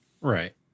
Right